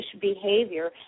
behavior